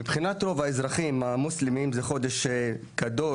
מבחינת רוב האזרחים המוסלמים זה חודש קדוש,